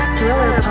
Thriller